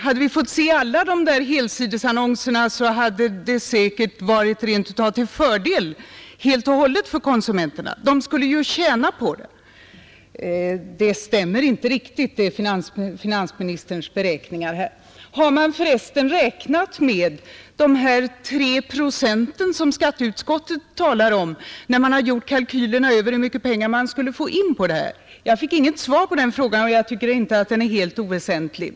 Hade vi fått se alla helsidesannonserna, hade det säkert varit rent av helt och hållet till fördel för konsumenterna. De skulle tjäna på det. Finansministerns beräkningar stämmer inte riktigt. Har man förresten, när man har gjort upp kalkylerna över hur mycket pengar man skulle få in på denna skatt, räknat med de 3 procent som skatteutskottet talar om. Jag fick inget svar på denna fråga, men jag tycker inte att den är helt oväsentlig.